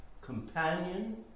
companion